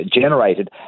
generated